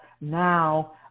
now